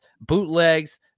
bootlegs